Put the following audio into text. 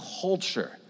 culture